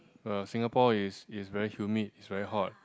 uh Singapore is is very humid it's very hot